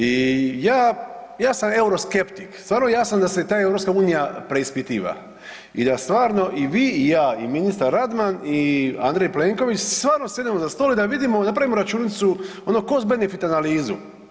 I ja sam euroskeptik, stvarno ja sam da se ta EU preispitiva i da stvarno i vi i ja i ministar Radman i Andrej Plenković stvarno sjednemo za stol i da vidimo i napravimo računicu ono cost benefit analizu.